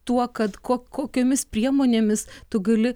tuo kad ko kokiomis priemonėmis tu gali